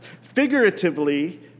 Figuratively